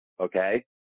okay